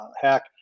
hack